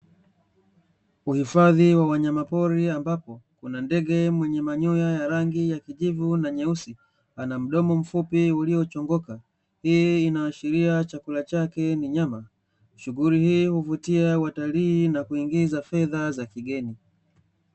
Uhifadhi wa wanyama pori ambapo kuna ndege mwenye manyoya ya rangi ya kijivu na nyeusi, ana mdomo mfupi uliochongoka hii inaashiria chakula chake ni nyama. Shughuli hii huvutia watalii na kuingiza fedha za kigeni.